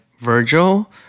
Virgil